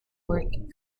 work